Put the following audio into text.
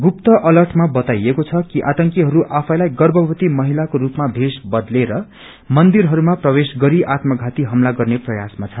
गुस्त अर्लटमा बताइएको छ कि आतंकीहरू आफैलाई गर्भवती महिलाको रूपमा भेष बदलेर मन्दिरहस्मा प्रवेश गरीआत्मषाती हमला गर्ने प्रयासामा छन्